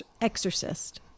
exorcist